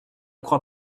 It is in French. crois